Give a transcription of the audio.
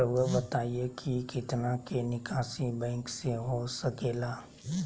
रहुआ बताइं कि कितना के निकासी बैंक से हो सके ला?